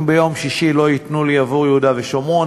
אם ביום שישי לא ייתנו לי עבור יהודה ושומרון,